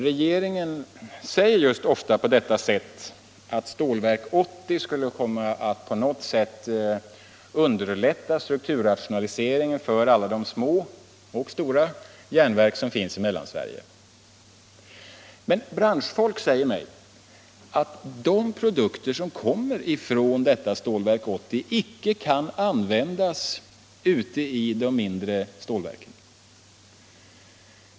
Regeringen säger ofta just att Stålverk 80 skulle komma att på något sätt underlätta strukturrationaliseringen för alla de små — och stora — järnverk som finns i Mellansverige. Men branschfolk säger mig att de produkter som kommer från detta Stålverk 80 icke kan användas ute i de mindre stålverken.